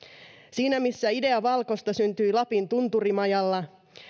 siinä missä idea valcosta syntyi lapin tunturimajalla